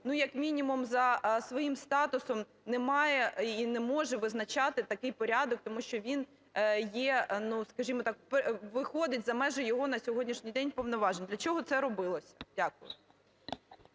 як мінімум, за своїм статусом не має і не може визначати такий порядок, тому що він є, скажімо так, виходить за межі його на сьогоднішній день повноважень. Для чого це робилося? Дякую.